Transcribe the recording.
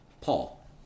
Paul